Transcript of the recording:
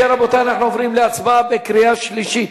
אם כן, רבותי, אנחנו עוברים להצבעה בקריאה שלישית.